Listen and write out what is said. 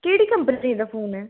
केह्ड़ी कंपनी दा फोन ऐ